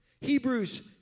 Hebrews